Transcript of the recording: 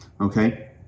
Okay